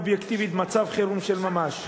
אובייקטיבית, מצב חירום של ממש.